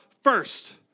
first